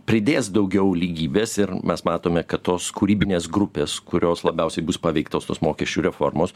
pridės daugiau lygybės ir mes matome kad tos kūrybinės grupės kurios labiausiai bus paveiktos tos mokesčių reformos